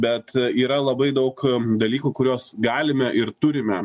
bet yra labai daug dalykų kuriuos galime ir turime